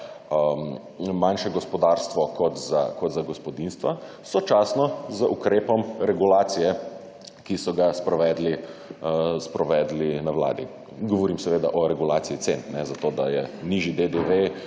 manjše gospodarstvo kot za gospodinjstva, sočasno z ukrepom regulacije, ki so ga sprovedli na vladi. Govorim seveda o regulaciji cen zato, da je nižji DDV